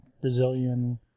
Brazilian